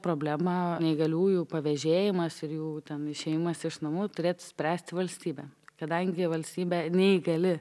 problema neįgaliųjų pavėžėjimas ir jų ten išėjimas iš namų turėtų spręsti valstybė kadangi valstybė neįgali